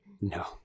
No